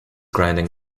grinding